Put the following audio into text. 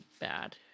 bad